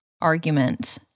argument